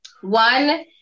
One